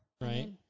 Right